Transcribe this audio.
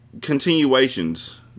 continuations